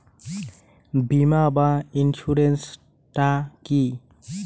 বিমা বা ইন্সুরেন্স টা কি?